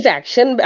action